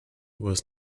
was